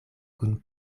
kun